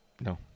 No